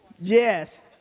yes